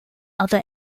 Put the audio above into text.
other